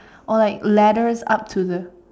or like ladders up to the